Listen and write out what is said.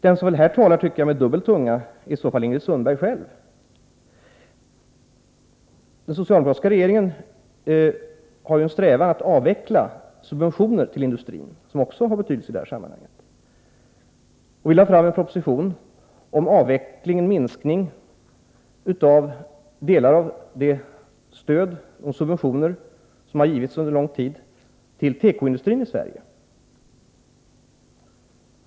Den som här talar med dubbel tunga är i så fall Ingrid Sundberg själv. gentemot u-länderna Den socialdemokratiska regeringen har strävat att avveckla subventioner till industrin, vilka också har betydelse i det här sammanhanget. Vi lade fram en proposition om en minskning av delar av det stöd och de subventioner som under lång tid givits till tekoindustrin i Sverige.